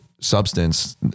substance